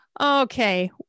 Okay